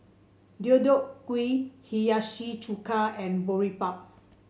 Deodeok Gui Hiyashi Chuka and Boribap